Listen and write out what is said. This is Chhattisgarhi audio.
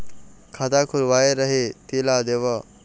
खाता खुलवाय रहे तेला देव?